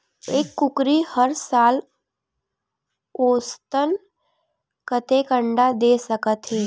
एक कुकरी हर साल औसतन कतेक अंडा दे सकत हे?